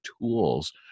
tools